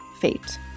fate